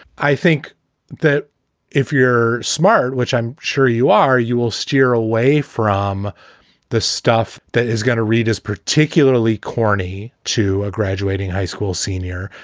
i think that if you're smart, which i'm sure you are, you will steer away from the stuff that is going to read is particularly corny to a graduating high school senior.